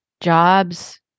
jobs